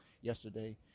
yesterday